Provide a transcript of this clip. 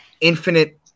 infinite